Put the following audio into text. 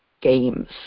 games